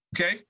Okay